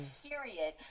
period